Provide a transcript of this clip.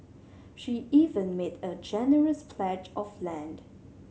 she even made a generous pledge of land